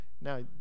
now